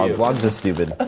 and blogs are stupid.